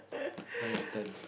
now your turn